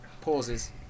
pauses